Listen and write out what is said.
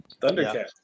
Thundercat